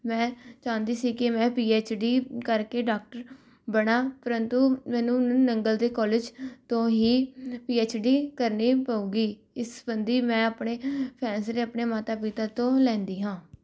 ਮੈਂ ਚਾਹੁੰਦੀ ਸੀ ਕਿ ਮੈਂ ਪੀ ਐਚ ਡੀ ਕਰਕੇ ਡਾਕਟਰ ਬਣਾ ਪ੍ਰੰਤੂ ਮੈਨੂੰ ਨੰਗਲ ਦੇ ਕਾਲਜ ਤੋਂ ਹੀ ਪੀ ਐਚ ਡੀ ਕਰਨੀ ਪਊਗੀ ਇਸ ਸਬੰਧੀ ਮੈਂ ਆਪਣੇ ਫੈਸਲੇ ਆਪਣੇ ਮਾਤਾ ਪਿਤਾ ਤੋਂ ਲੈਂਦੀ ਹਾਂ